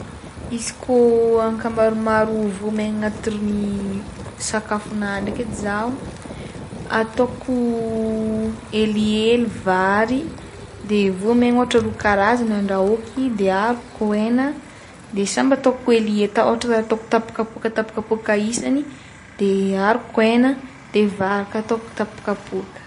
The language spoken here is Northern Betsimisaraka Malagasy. Izy koa ankamaromaro voamaigny agnatin'ny sakafona ndraiky edy zaho ataoko helihely vary de voamaigny ôhatra hoe roa karazana andrahoiky de aharoko hena de samby ataoko helihe- atao ôhatra zao ataoko tapa-kapoaka tapa-kapoaka isany de aharoko hena de vary koa ataoko tapa-kapoaka.